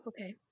okay